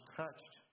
touched